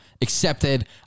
accepted